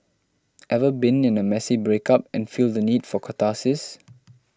ever been in a messy breakup and feel the need for catharsis